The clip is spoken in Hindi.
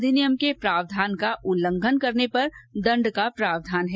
अधिनियम के प्रावधान का उल्लंघन करने पर दंड का प्रावधान है